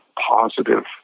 positive